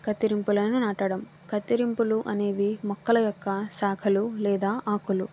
కత్తిరింపులను నాటడం కత్తిరింపులు అనేవి మొక్కల యొక్క శాఖలు లేదా ఆకులు